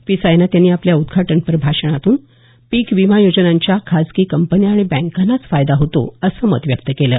P Sainath यांनी आपल्या उद्घाटनपर भाषणातून पीक विमा योजनांचा खासगी कंपन्या आणि बँकांनाच फायदा होतो असं मत व्यक्त केलं